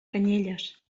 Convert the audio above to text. canyelles